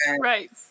Right